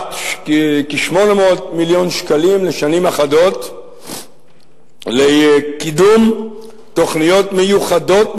כ-800 מיליון שקלים לשנים אחדות לקידום תוכניות מיוחדות,